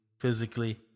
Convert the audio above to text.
physically